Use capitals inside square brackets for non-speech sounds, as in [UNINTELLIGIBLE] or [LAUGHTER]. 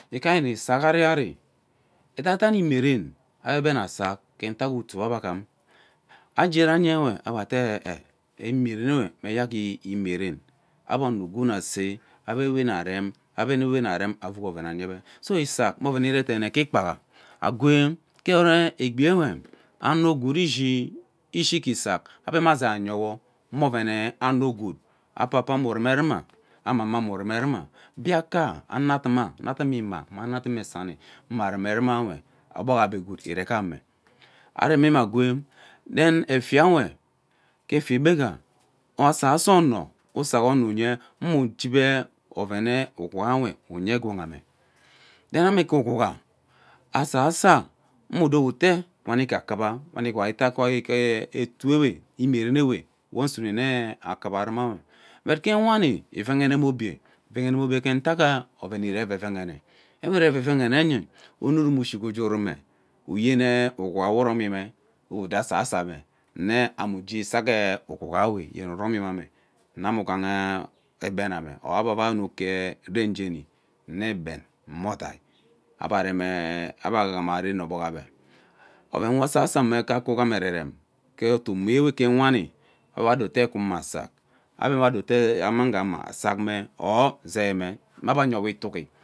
Ike ari nne sak ariari edaidene imeren ebe ara sak ka utak utuu we ebe eee [UNINTELLIGIBLE] imerenwe mme eyak imeren ebe ono ugwu mme see ebe we ure [UNINTELLIGIBLE] nna rem ovuk oven ayebe so isak mme oven we iren deene ke ikpaiha agwee ke egbi we ano gwood ishi, ushi ke isak ebe me azai eyewo mme oven ee ano gwood apapa me uvume ruma amama me urume ruma biaka, anaduma ana dum imme ana dun ee sani anyauruure rumawe ogbog ebe gwood ire ghame aremime agwee then efin ure ke efigwega asaso ono usake ono unye mme jeep oven ugwuaye nye gwanme then gee ugwaga asaso mme udo ita wan ike akawa otu ke imieren ewe wo nsume nnyene akwa ruiwe ke wani ivenena obie ivene obie ke uatak oren irereven ewe irevene nye onurum ishiga gee ugerume uyem ugwuga we uromime ughiga uge udo asaso mme ane ame uge isak ugwuwe yene uromime iwe ama ughaha egben ama or ebe avai onuk ke dem jeni me egben me odai eberam ee ebe ghama ren ogbg ebe oven we asaso mme ughom ereren ke ote omo ewe ke wani awo odo eta kweme asak ebe wo oda eta ama uga ama sak mme or zei me me ebe ayewo itigi.